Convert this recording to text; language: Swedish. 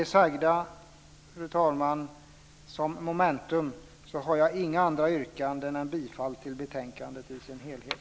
Med det sagda som momentum har jag inga andra yrkanden än bifall till hemställan i betänkandet i dess helhet.